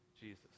Jesus